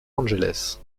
angeles